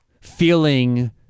feeling